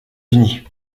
unis